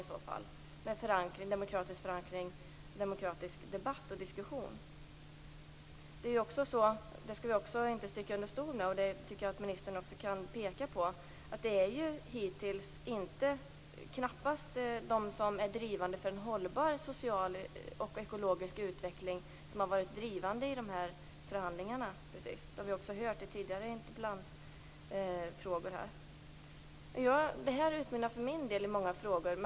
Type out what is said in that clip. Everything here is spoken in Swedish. Det måste bli en demokratisk förankring, debatt och diskussion. Vi skall inte heller sticka under stol med - och det tycker jag att ministern också kan peka på - att det hittills knappast är de som är drivande för en hållbar social och ekologisk utveckling som också har varit drivande i de här förhandlingarna. Detta har vi också hört i tidigare interpellationer och frågor här. För min del utmynnar detta i många frågor.